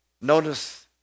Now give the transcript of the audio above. Notice